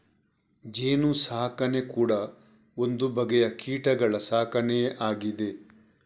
ಜೇನು ಸಾಕಣೆ ಕೂಡಾ ಒಂದು ಬಗೆಯ ಕೀಟಗಳ ಸಾಕಣೆಯೇ ಆಗಿದೆ